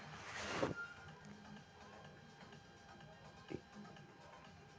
बजार म मुरगा ल कायट के बेंचे के ढेरे बड़खा बेवसाय हे